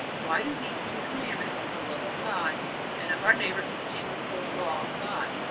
why do these two commandments of the love of god and of our neighbor contain the whole law of god?